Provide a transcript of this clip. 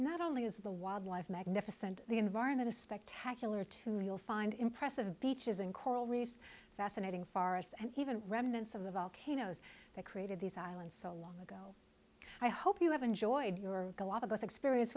not only is the wildlife magnificent the environment is spectacular too you'll find impressive beaches and coral reefs fascinating forests and even remnants of the volcanoes that created these islands so long ago i hope you have enjoyed your galapagos experience